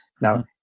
Now